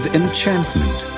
enchantment